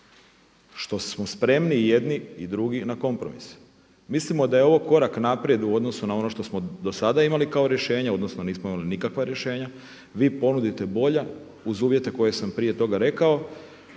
što smo spremni i jedni i drugi na kompromis. Mislimo da je ovo korak naprijed u odnosu na ono što smo do sada imali kao rješenje odnosno nismo imali nikakva rješenja, vi ponudite bolja uz uvjete koje sam prije toga rekao,